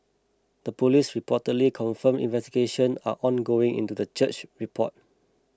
the police reportedly confirmed investigation are ongoing into the church report